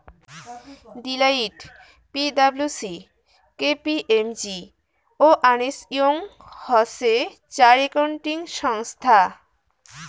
Deloitte, P W C, K P M G ও Ernst Young হসে চার accounting সংস্থা